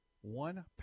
one